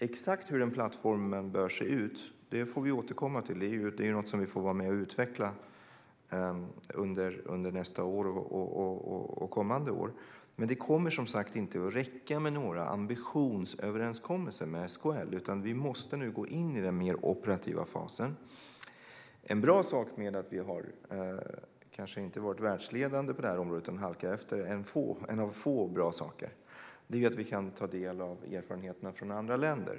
Exakt hur den plattformen bör se ut får vi återkomma till. Det är något som vi får vara med och utveckla under nästa år och kommande år, men det kommer som sagt inte att räcka med några ambitionsöverenskommelser med SKL, utan vi måste nu gå in i den mer operativa fasen. En av få bra saker med att vi inte har varit världsledande på det här området utan har halkat efter är att vi kan ta del av erfarenheterna från andra länder.